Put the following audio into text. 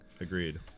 Agreed